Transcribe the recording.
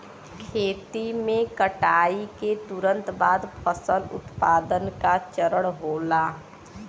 खेती में कटाई के तुरंत बाद फसल उत्पादन का चरण होला